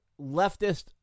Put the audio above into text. leftist